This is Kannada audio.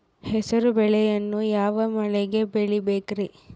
ಹೆಸರುಬೇಳೆಯನ್ನು ಯಾವ ಮಳೆಗೆ ಬೆಳಿಬೇಕ್ರಿ?